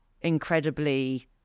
incredibly